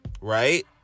right